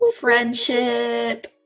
Friendship